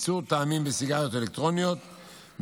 איסור טעמים בסיגריות אלקטרוניות,